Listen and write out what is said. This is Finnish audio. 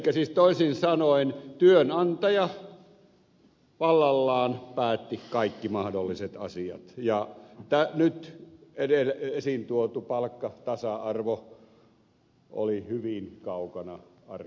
elikkä toisin sanoen työnantaja vallallaan päätti kaikki mahdolliset asiat ja nyt esiin tuotu palkkatasa arvo oli hyvin kaukana arkipäivästä